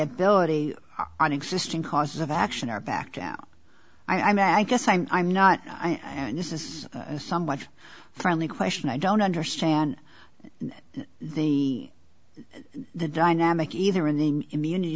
liability on existing causes of action are backed out i met i guess i'm i'm not i mean this is a somewhat friendly question i don't understand the the dynamic either inning immunity